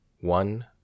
One